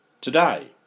today